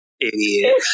idiot